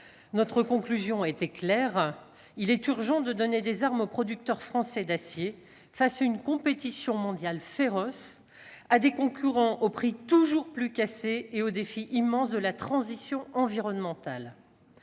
Sa conclusion était claire : il est urgent de « donner des armes » aux producteurs français d'acier, face à une compétition mondiale féroce, à des concurrents proposant des prix toujours plus cassés et au défi immense de la transition environnementale.